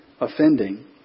offending